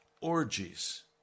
orgies